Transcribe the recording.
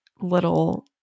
little